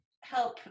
help